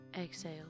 exhale